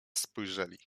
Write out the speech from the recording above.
spojrzeli